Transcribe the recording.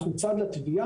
אנחנו צד לתביעה,